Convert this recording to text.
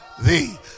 thee